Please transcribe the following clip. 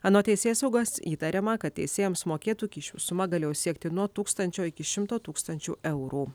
anot teisėsaugos įtariama kad teisėjams mokėtų kyšių suma galėjo siekti nuo tūkstančio iki šimto tūkstančių eurų